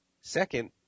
second